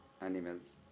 animals